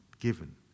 given